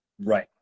Right